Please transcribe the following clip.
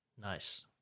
Nice